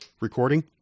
recording